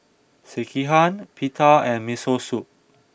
Sekihan Pita and Miso Soup